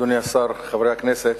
אדוני השר, חברי הכנסת,